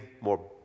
more